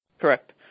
Correct